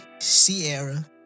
Sierra